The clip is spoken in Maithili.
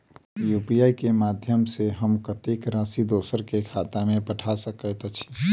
यु.पी.आई केँ माध्यम सँ हम कत्तेक राशि दोसर केँ खाता मे पठा सकैत छी?